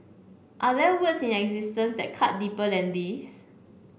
are there words in existence that cut deeper than these